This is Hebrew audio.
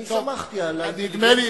אני סמכתי על האינטליגנציה,